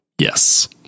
Yes